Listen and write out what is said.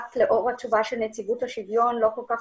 לאור התשובה של נציבות שוויון לא כל כך